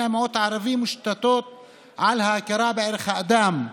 המיעוט הערבי מושתתות על ההכרה בערך האדם,